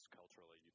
culturally